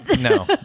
no